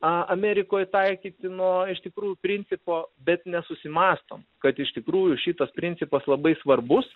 a amerikoj taikytino iš tikrų principo bet nesusimąstom kad iš tikrųjų šitas principas labai svarbus